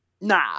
Nah